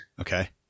Okay